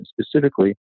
specifically